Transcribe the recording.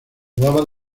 jugaba